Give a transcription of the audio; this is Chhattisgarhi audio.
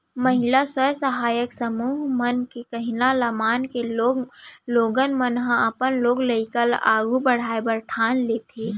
महिला स्व सहायता समूह मन के कहिना ल मानके लोगन मन ह अपन लोग लइका ल आघू पढ़ाय बर ठान लेथें